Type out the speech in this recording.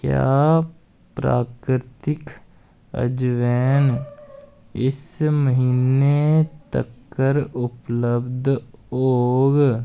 क्या प्राकृतिक अजवैन इस म्हीने तक्कर उपलब्ध होग